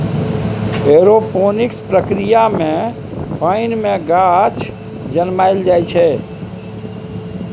aeroponics प्रक्रिया मे पानि मे गाछ जनमाएल जाइ छै